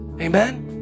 Amen